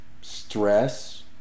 stress